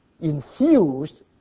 infused